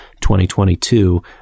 2022